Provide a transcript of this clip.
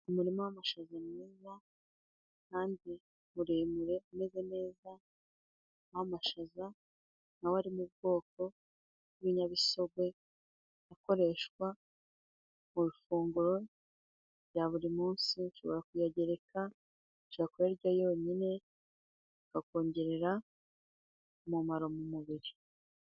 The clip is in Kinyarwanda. Umurima w'amashaza mwiza kandi muremure umeze neza. Nk'amashaza aba ari mu bwoko bw'ibinyabisogwe, akoreshwa mu ifunguro rya buri munsi. Nshobora kuyagereka, nshobora kuyarya yonyine, akongerera umumaro mu mubiri.